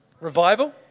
Revival